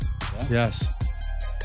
Yes